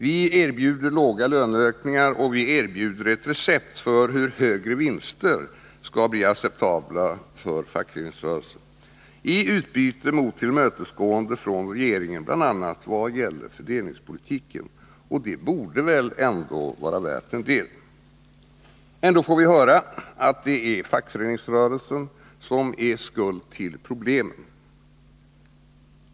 Vi erbjuder låga löneökningar, vi erbjuder ett recept för hur högre vinster skall bli acceptabla för fackföreningsrörelsen, och vi gör det i utbyte mot tillmötesgående från regeringen bl.a. vad gäller fördelningspolitiken. Det borde väl ändå vara värt en del? Ändå får vi höra att det är fackföreningsrörelsen som är skuld till problemen.